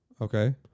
Okay